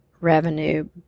revenue